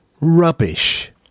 rubbish